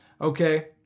Okay